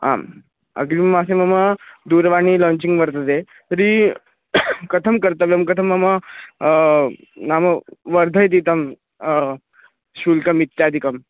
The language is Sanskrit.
आम् अग्रिममासे मम दूरवाणी लाञ्चिङ्ग् वर्तते तर्हि कथं कर्तव्यं कथं मम नाम वर्धयति तं शुल्कमित्यादिकम्